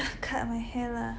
cut my hair lah